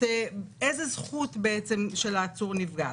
איזו זכות של העצור נפגעת.